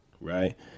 right